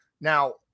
Now